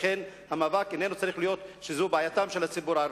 לכן המאבק איננו צריך להיות כאילו שזו בעייתו של הציבור הערבי.